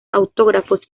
autógrafos